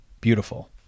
Beautiful